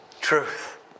truth